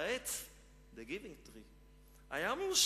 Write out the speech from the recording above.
והעץ היה מאושר.